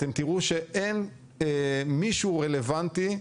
אתם תראו שאין מישהו רלוונטי,